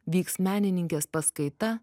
vyks menininkės paskaita